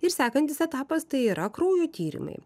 ir sekantis etapas tai yra kraujo tyrimai